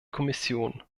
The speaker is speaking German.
kommission